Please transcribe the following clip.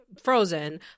frozen